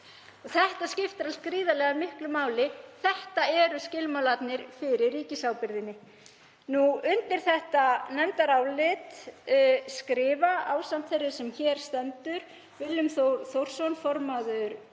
Það skiptir allt gríðarlega miklu máli. Þetta eru skilmálarnir fyrir ríkisábyrgðinni. Undir þetta nefndarálit skrifa, ásamt þeirri sem hér stendur: Willum Þór Þórsson, formaður